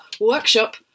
workshop